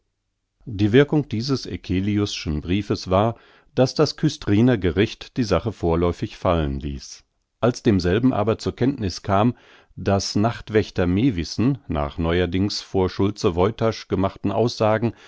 die wirkung dieses eccelius'schen briefes war daß das küstriner gericht die sache vorläufig fallen ließ als demselben aber zur kenntniß kam daß nachtwächter mewissen nach neuerdings vor schulze woytasch gemachten aussagen